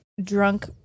drunk